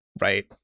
right